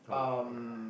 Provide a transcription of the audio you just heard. oh uh